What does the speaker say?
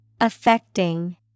Affecting